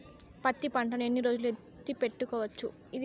పత్తి పంటను ఎన్ని రోజులు ఎత్తి పెట్టుకోవచ్చు?